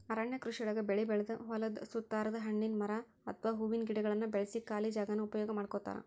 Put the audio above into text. ಅರಣ್ಯ ಕೃಷಿಯೊಳಗ ಬೆಳಿ ಬೆಳದ ಹೊಲದ ಸುತ್ತಾರದ ಹಣ್ಣಿನ ಮರ ಅತ್ವಾ ಹೂವಿನ ಗಿಡಗಳನ್ನ ಬೆಳ್ಸಿ ಖಾಲಿ ಜಾಗಾನ ಉಪಯೋಗ ಮಾಡ್ಕೋತಾರ